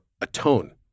atone